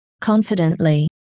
confidently